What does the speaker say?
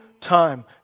time